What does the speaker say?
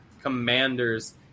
Commanders